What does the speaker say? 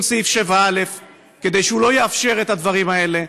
סעיף 7א כדי שהוא לא יאפשר את הדברים האלה.